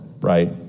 right